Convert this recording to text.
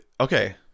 okay